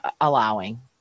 allowing